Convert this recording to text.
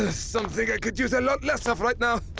ah something i could do with a lot less of right now.